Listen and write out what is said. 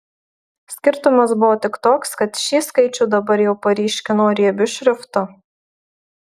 skirtumas buvo tik toks kad šį skaičių dabar jau paryškino riebiu šriftu